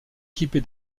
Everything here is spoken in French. équipée